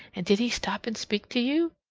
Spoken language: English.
and did he stop and speak to you?